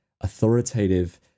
authoritative